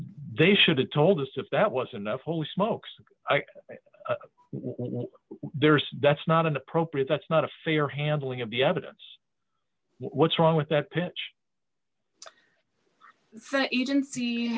they should have told us if that was enough holy smokes i want that's not inappropriate that's not a fair handling of the evidence what's wrong with that pitch